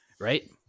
Right